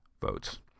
votes